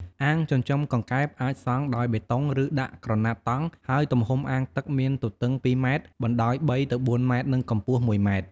អាងចិញ្ចឹមកង្កែបអាចសង់ដោយបេតុង ឬដាក់ក្រណាត់តង់ ហើយទំហំអាងត្រូវមានទទឹង ២ ម៉ែត្រ បណ្ដោយ ៣ ទៅ ៤ ម៉ែត្រ និងកម្ពស់ ១ ម៉ែត្រ។